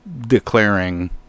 declaring